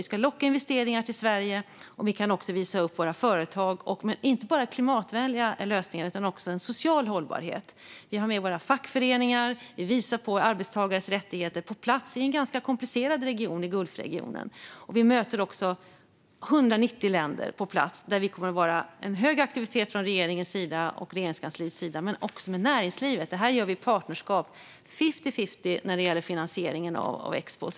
Vi ska locka investeringar till Sverige. Vi kan också visa upp våra företag. Det handlar inte bara om klimatvänliga lösningar utan också om social hållbarhet. Vi har med våra fackföreningar. Vi visar på arbetstagares rättigheter på plats i en ganska komplicerad region, Gulfregionen. Vi möter också 190 länder på plats i utställningen. Det kommer att vara hög aktivitet från regeringens och Regeringskansliets sida men också från näringslivet. Detta gör vi i partnerskap fifty-fifty när det gäller finansieringen.